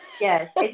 yes